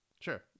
Sure